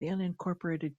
unincorporated